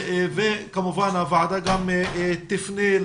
הוועדה תפנה,